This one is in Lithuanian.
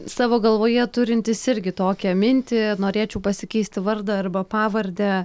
savo galvoje turintis irgi tokią mintį norėčiau pasikeisti vardą arba pavardę